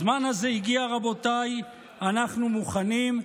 הזמן הזה הגיע, רבותיי, אנחנו מוכנים.